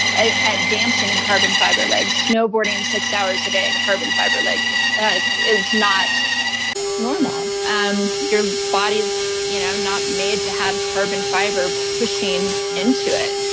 ah dancing in carbon fiber legs, snowboarding six hours a day in carbon fiber legs is not normal. um your body is you know not made to have carbon fiber pushing into it,